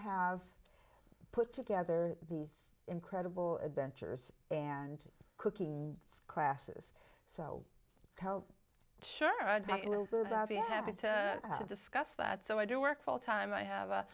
have put together these incredible adventures and cooking classes so sure i'd be happy to discuss that so i do work full time i have a